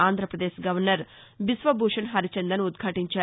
Andhra Pradesh governor Biswabhusan Harichandan ఉద్భాటించారు